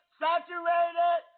saturated